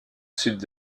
sud